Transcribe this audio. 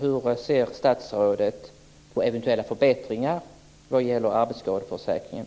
Hur ser statsrådet på eventuella förbättringar vad gäller arbetsskadeförsäkringen?